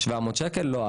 לא,